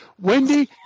Wendy